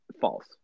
false